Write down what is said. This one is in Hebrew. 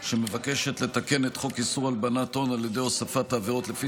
שמבקשת לתקן את חוק איסור הלבנת הון על ידי הוספת עבירות לפי